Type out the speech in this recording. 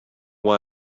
why